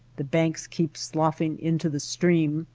the banks keep sloughing into the stream,